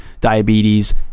diabetes